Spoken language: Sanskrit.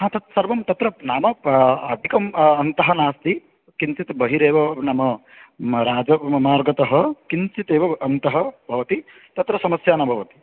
हा तत् सर्वं तत्र नाम अटिकाम् अन्तः नास्ति किञ्चित् बहिरेव नाम राजमार्गतः किञ्चितेव अन्तः भवति तत्र समस्या न भवति